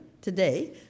today